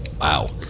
Wow